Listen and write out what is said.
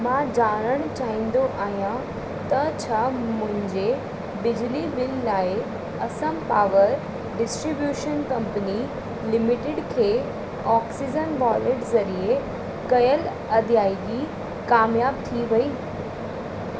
मां ॼाणणु चाहींदो आहियां त छा मुंहिंजे बिजली बिल लाइ Assam power distribution company limited खे ऑक्सीज़न वॉलेट ज़रिए कयल अदाएगी कामयाब थी वई